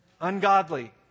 ungodly